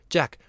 ,Jack